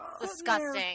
Disgusting